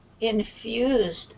infused